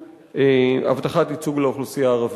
הבטחת ייצוג לאוכלוסייה הערבית.